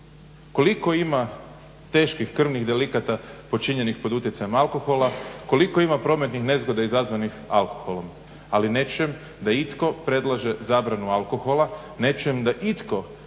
Koliko ima teških krvnih delikata počinjenih pod utjecajem alkohola, koliko ima prometnih nezgoda izazvanih alkoholom. Ali ne čujem da itko predlaže zabranu alkohola, ne čujem da itko predlaže